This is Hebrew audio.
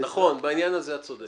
נכון, בעניין הזה את צודקת.